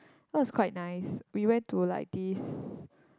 it was quite nice we went to like this